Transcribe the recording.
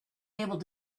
able